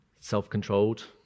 self-controlled